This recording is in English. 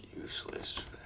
Useless